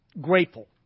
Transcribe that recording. grateful